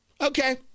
Okay